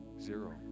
Zero